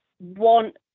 want